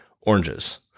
oranges